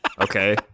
Okay